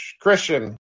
Christian